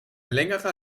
längerer